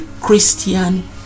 Christian